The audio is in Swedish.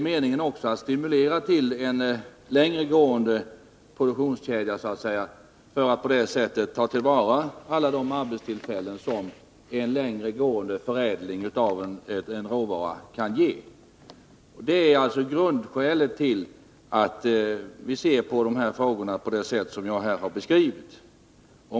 Meningen är ju att stimulera till en längre produktionskedja för att tillvarata alla de arbetstillfällen som detta skulle kunna ge. Det är alltså huvudskälet till att vi ser på dessa frågor på det sätt som jag här har beskrivit.